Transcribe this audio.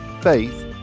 faith